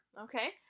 okay